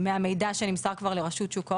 מהמידע שכבר נמסר לרשות שוק ההון.